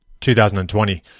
2020